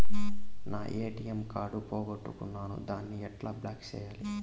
నా ATM card పోగొట్టుకున్నాను, దాన్ని ఎట్లా బ్లాక్ సేయాలి?